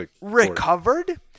recovered